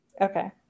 Okay